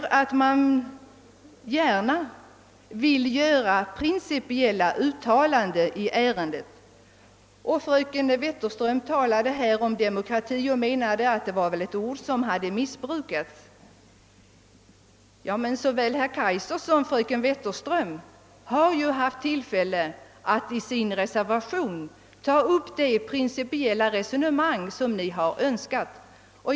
Det sägs att riksdagen bör få möjlighet att göra principiella uttalanden i ärendet. Fröken Wetterström talade i det sammanhanget om demokrati och menade att detta ord missbrukats. Såväl herr Kaijser som fröken Wetterström har emellertid haft tillfälle att i sin reservation ta upp de principiella :esonemang som de har önskat.